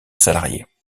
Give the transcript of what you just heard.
salariés